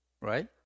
Right